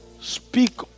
speak